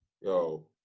Yo